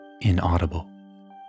inaudible